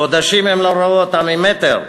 חודשים הם לא ראו אותה ממטר,